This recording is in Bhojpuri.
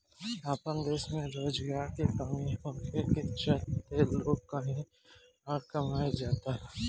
आपन देश में रोजगार के कमी होखे के चलते लोग कही अउर कमाए जाता